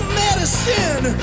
medicine